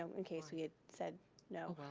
um in case we had said no.